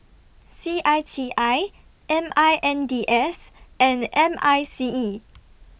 C I T I M I N D S and M I C E